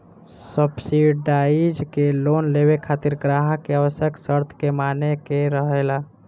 subsidise loan लेबे खातिर ग्राहक के आवश्यक शर्त के माने के रहेला